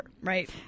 Right